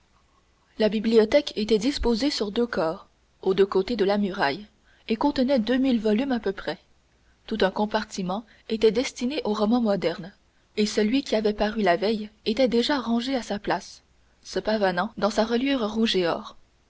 la bibliothèque était disposée sur deux corps aux deux côtés de la muraille et contenait deux mille volumes à peu près tout un compartiment était destiné aux romans modernes et celui qui avait paru la veille était déjà rangé à sa place se pavanant dans sa reliure rouge et or